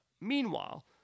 Meanwhile